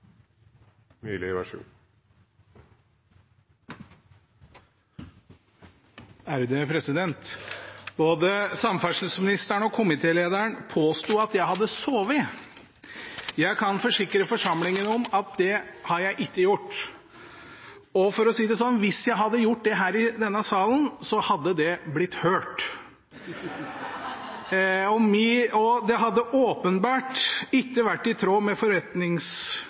Både samferdselsministeren og komitélederen påsto at jeg hadde sovet. Jeg kan forsikre forsamlingen om at det har jeg ikke gjort. For å si det sånn: Hvis jeg hadde gjort det i denne salen, hadde det blitt hørt, og det hadde åpenbart ikke vært i tråd med